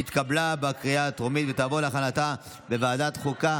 התקבלה בקריאה הטרומית ותעבור להכנתה בוועדת החוקה,